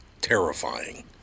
terrifying